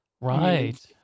Right